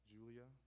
Julia